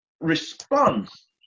response